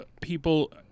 people